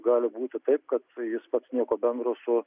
gali būti taip kad jis pats nieko bendro su